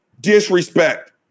disrespect